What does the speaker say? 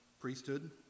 priesthood